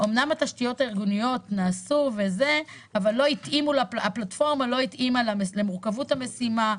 אמנם התשתיות הארגוניות נעשו אבל הפלטפורמה לא התאימה למורכבות המשימה,